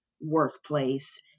workplace